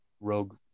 Rogue